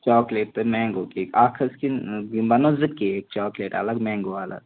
chocolate تہٕ mango cake اَکھ حظ کِنہٕ یِم بَننو زٕ کیک چاکلیٹ الگ مٮ۪نٛگو اَلگ